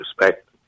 respect